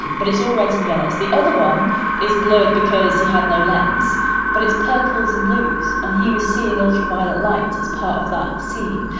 but it's all reds and yellows. the other one is blurred because he had no lens but it's purples and blues. and he was seeing ultraviolet light as part of that scene.